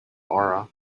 aura